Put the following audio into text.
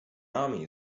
army